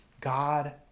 God